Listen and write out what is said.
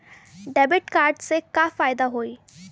Debit card से का फायदा होई?